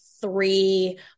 three